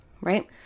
right